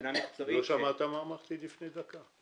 שמבחינה מקצועית --- לא שמעת מה אמרתי לפני דקה?